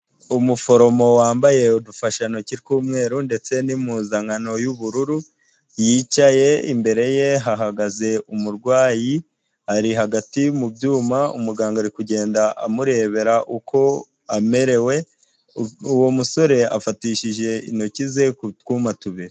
Umuforomo wambaye udufashantoki tw'umweru, ndetse n'impuzankano y'ubururu, yicaye, imbere ye hahagaze umurwayi, ari hagati mu byuma, umuganga ari kugenda amurebera uko amerewe, uwo musore yafatishije intoki ze ku twuma tubiri.